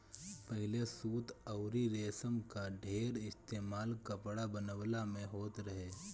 पहिले सूत अउरी रेशम कअ ढेर इस्तेमाल कपड़ा बनवला में होत रहे